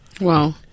wow